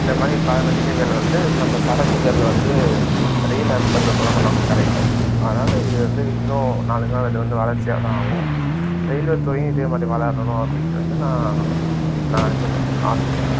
இந்தமாதிரி பல நன்மைகள் வந்து நம்ம சரக்குகள் வந்து ரயில்ல அனுப்புகிறது மூலமாக நமக்கு கிடைக்கும் அதனால் இது வந்து இன்னும் நாளுக்கு நாள் இதுவந்து வளர்ச்சியாகதான் ஆகும் ரயில்வே துறையும் இதேமாதிரி வளர்றணும் அப்படின்ட்டு வந்து நான் நான் இன்னும் ஆசைப்பட்றேன்